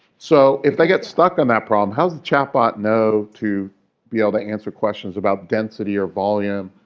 so if they get stuck on that problem, how does the chat bot know to be able to answer questions about density or volume,